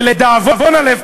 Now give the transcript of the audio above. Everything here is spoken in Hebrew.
ולדאבון הלב,